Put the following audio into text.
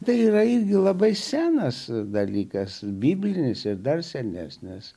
tai yra irgi labai senas dalykas biblinėse dar senesnės